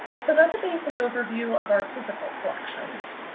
so that's a basic overview of our physical collections,